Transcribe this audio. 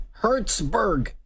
Hertzberg